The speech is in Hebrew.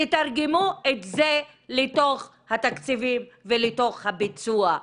תתרגמו את זה לתוך התקציבים ולתוך הביצוע.